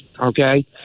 Okay